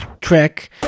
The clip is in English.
track